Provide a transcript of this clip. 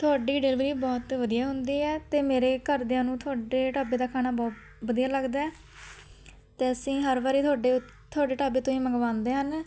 ਤੁਹਾਡੀ ਡਿਲੀਵਰੀ ਬਹੁਤ ਵਧੀਆ ਹੁੰਦੀ ਹੈ ਅਤੇ ਮੇਰੇ ਘਰਦਿਆਂ ਨੂੰ ਤੁਹਾਡੇ ਢਾਬੇ ਦਾ ਖਾਣਾ ਬਹੁਤ ਵਧੀਆ ਲੱਗਦਾ ਹੈ ਅਤੇ ਅਸੀਂ ਹਰ ਵਾਰੀ ਤੁਹਾਡੇ ਤੁਹਾਡੇ ਢਾਬੇ ਤੋਂ ਹੀ ਮੰਗਵਾਉਂਦੇ ਹਨ